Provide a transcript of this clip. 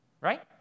right